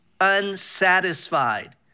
unsatisfied